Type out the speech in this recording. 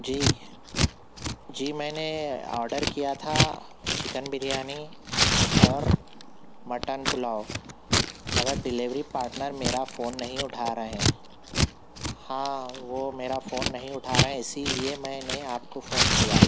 جی جی میں نے آڈر کیا تھا چکن بریانی اور مٹن پلاؤ مگر ڈیلیوری پاٹنر میرا فون نہیں اٹھا رہے ہیں ہاں وہ میرا فون نہیں اٹھا رہے ہیں اسی لیے میں نے آپ کو فون کیا